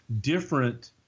different